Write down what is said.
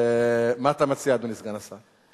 מה אתה מציע, אדוני סגן השר?